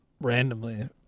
randomly